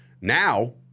Now